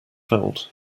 felt